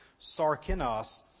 sarkinos